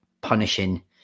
punishing